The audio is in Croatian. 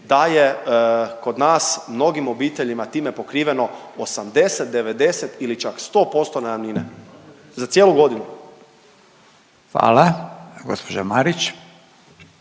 da je kod nas mnogim obiteljima time pokriveno 80, 90 ili čak 100% najamnine za cijelu godinu. **Radin, Furio